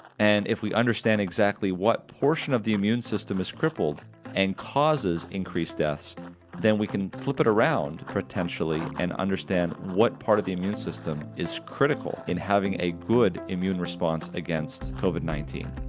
and if we understand exactly what portion of the immune system is crippled and causes increased deaths then we can flip it around potentially and understand what part of the immune system is critical in having a good immune response against covid nineteen.